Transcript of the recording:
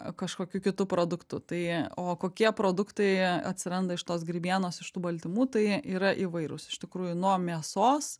kažkokiu kitu produktu tai o kokie produktai atsiranda iš tos grybienos iš tų baltymų tai yra įvairūs iš tikrųjų nuo mėsos